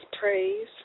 praise